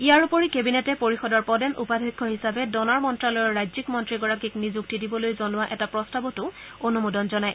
ইয়াৰ উপৰি কেবিনেটে পৰিষদৰ পদেন উপাধ্যক্ষ হিচাপে ড'নাৰ মন্ত্ৰালয়ৰ ৰাজ্যিক মন্ত্ৰীগৰাকীক নিযুক্তি দিবলৈ জনোৱা এটা প্ৰস্তাৱতো অনুমোদন জনায়